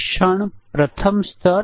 આપણી પાસે n ઇનપુટ્સના મૂલ્યો છે